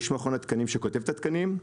יש מכון התקנים שכותב את התקנים,